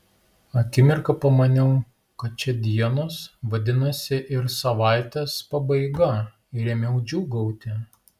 akimirką pamaniau kad čia dienos vadinasi ir savaitės pabaiga ir ėmiau džiūgauti